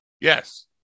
Yes